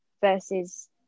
versus